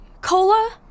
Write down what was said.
Cola